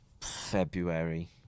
February